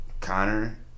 Connor